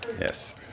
Yes